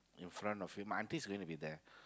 in front of him my aunty is going to be there